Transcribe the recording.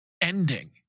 ending